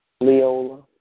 Leola